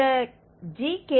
இந்த gk